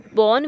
born